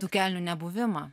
tų kelių nebuvimą